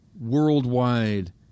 worldwide